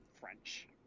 French